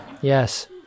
Yes